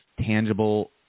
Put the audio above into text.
tangible